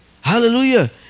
Hallelujah